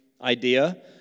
idea